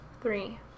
three